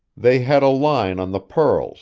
they had a line on the pearls